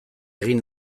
egin